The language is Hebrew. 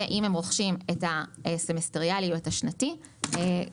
ואם הם רוכשים את הסימסטריאלי או את השנתי גם